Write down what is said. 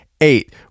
Eight